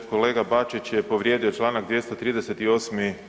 Kolega Bačić je povrijedio čl. 238.